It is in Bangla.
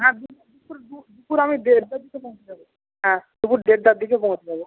হ্যাঁ দুপুর দুপুর আমি দেড়টার পৌঁছে যাব হ্যাঁ দুপুর দেড়টার দিকে পৌঁছে যাব